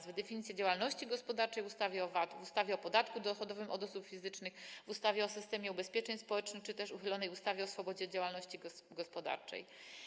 To np. definicje działalności gospodarczej w ustawie o VAT, w ustawie o podatku dochodowym od osób fizycznych, w ustawie o systemie ubezpieczeń społecznych czy też w uchylonej ustawie o swobodzie działalności gospodarczej.